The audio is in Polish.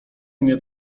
mnie